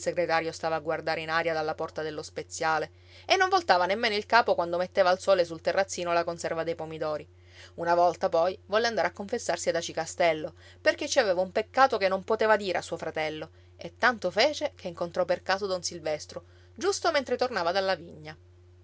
segretario stava a guardare in aria dalla porta dello speziale e non voltava nemmeno il capo quando metteva al sole sul terrazzino la conserva dei pomidori una volta poi volle andare a confessarsi ad aci castello perché ci aveva un peccato che non poteva dire a suo fratello e tanto fece che incontrò per caso don silvestro giusto mentre tornava dalla vigna